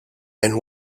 and